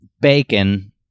bacon